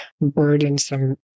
burdensome